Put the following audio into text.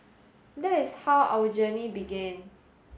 that is how our journey began